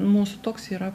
mūsų toks yra